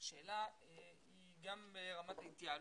השאלה היא גם רמת התייעלות,